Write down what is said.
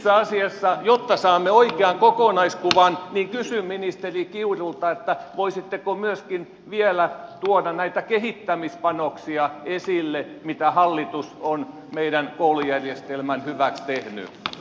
itse asiassa jotta saamme oikean kokonaiskuvan kysyn ministeri kiurulta voisitteko myöskin vielä tuoda esille näitä kehittämispanoksia mitä hallitus on meidän koulujärjestelmämme hyväksi tehnyt